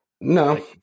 No